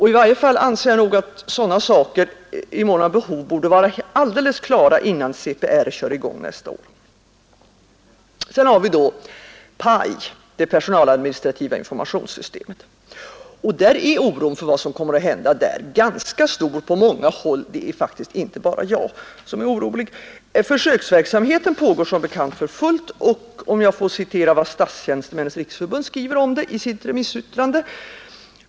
I varie fall anser jag att sadana saker i män av behov borde vara klara innan CPR kör i gang nästa ar Sedan har vi då PAI det personaladministrativa införmationssysteme: Oron för vad som kommer att hända där ar ganska stor på manga hall. Det är taktiskt inte bara jag som är orolig. Försöksverksamhet pagår som bekant tör tullt. och om jag far citera vud Statstränstemännens riksförbund skriver om det ist remissyttrande.